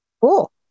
cool